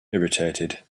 irritated